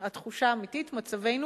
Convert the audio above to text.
התחושה אמיתית, מצבנו